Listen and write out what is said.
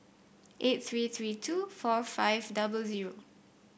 eight three three two four five double zero